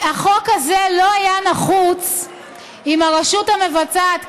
החוק הזה לא היה נחוץ אם הרשות המבצעת,